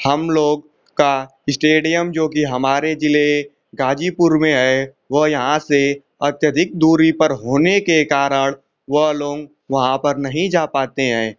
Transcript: हम लोग का इस्टेडियम जो कि हमारे ज़िले गाजीपुर में है वो यहाँ से अत्यधिक दूरी पर होने के कारण वह लोंग वहाँ पर नहीं जा पाते हैं